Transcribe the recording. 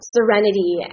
Serenity